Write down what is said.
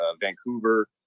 Vancouver